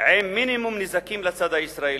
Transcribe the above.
עם מינימום נזקים לצד הישראלי.